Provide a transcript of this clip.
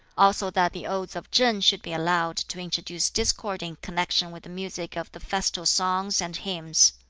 also that the odes of ch'ing should be allowed to introduce discord in connection with the music of the festal songs and hymns.